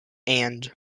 and